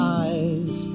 eyes